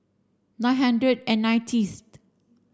nine hundred and nineties